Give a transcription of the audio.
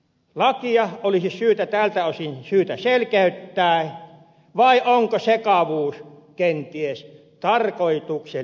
lakia olisi syytä tältä osin selkeyttää vai onko sekavuus kenties tarkoituksellista